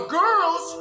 girls